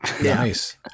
Nice